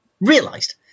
realised